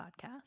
Podcast